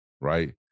right